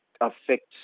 affects